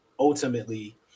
Ultimately